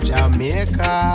Jamaica